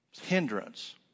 hindrance